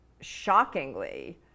shockingly